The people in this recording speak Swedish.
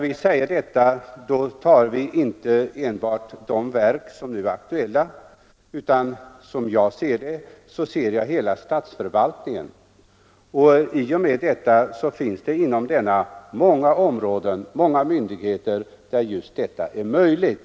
Vi tar inte enbart de verk som nu är aktuella, utan som jag ser det gäller det hela statsförvaltningen. Inom denna finns det många områden och många sådana myndigheter där just detta är möjligt.